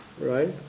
right